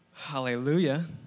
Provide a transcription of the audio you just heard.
Hallelujah